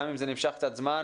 גם אם זה אורך קצת זמן.